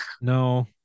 No